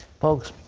folks,